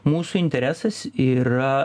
mūsų interesas yra